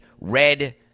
red